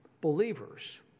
believers